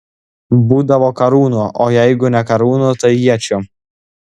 būdavo karūnų o jeigu ne karūnų tai iečių